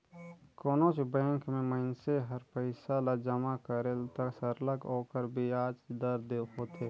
कोनोच बंेक में मइनसे हर पइसा ल जमा करेल त सरलग ओकर बियाज दर होथे